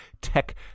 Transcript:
tech